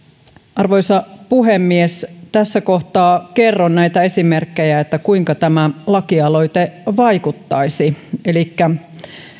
arvoisa puhemies tässä kohtaa kerron näitä esimerkkejä kuinka tämä lakialoite vaikuttaisi elikkä